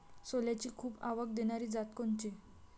सोल्याची खूप आवक देनारी जात कोनची?